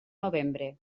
novembre